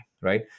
Right